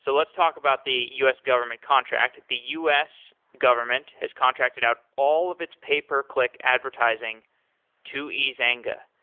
so let's talk about the u s. government contract. the u s. government has contracted out all of its pay-per-click advertising to ezanga.